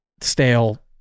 stale